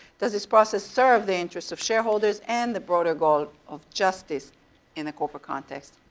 does this process serve the interests of shareholders and the broader goal of justice in a corporate context?